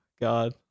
God